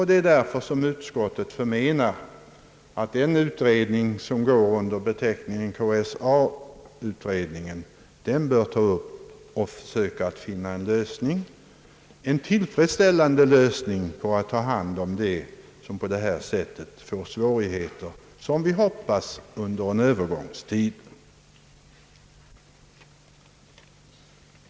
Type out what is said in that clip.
Det är därför som utskottet förmenar att den s.k. KSA-utredningen bör försöka finna en tillfredsställande lösning på problemet att ta hand om dem, som på detta sätt får svårigheter — såsom vi hoppas under en övergångstid.